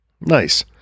Nice